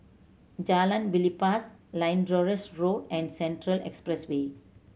Jalan Belibas Lyndhurst Road and Central Expressway